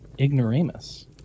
Ignoramus